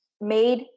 made